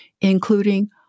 including